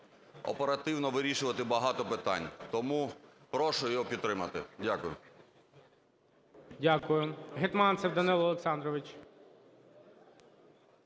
оперативно вирішувати багато питань. Тому прошу його підтримати. Дякую. ГОЛОВУЮЧИЙ. Дякую. Гетманцев Данило Олександрович.